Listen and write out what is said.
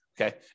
okay